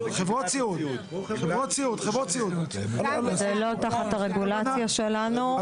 זה לא תחת הרגולציה שלנו.